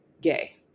gay